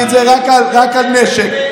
החלתי את זה רק על נשק.